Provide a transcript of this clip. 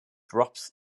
drops